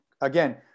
again